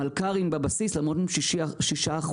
מלכ"רים בבסיס, למרות שהם 6%